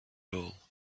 hole